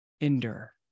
endure